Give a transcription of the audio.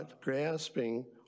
grasping